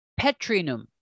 petrinum